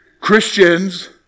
Christians